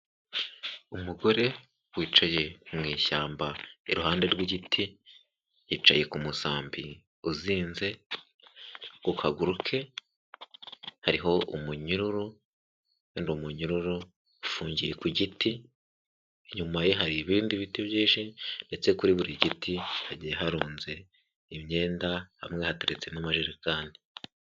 Umugore wicaye mu ishyamba iruhande rw'igiti, yicaye ku musambi uzinze, ku kaguru ke, hariho umunyururu, ni umunyururu ufungiye ku giti, inyuma ye hari ibindi biti byinshi ndetse kuri buri giti hagiye harunze imyenda, hamwe hateretse n'amajerekani.